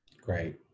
Great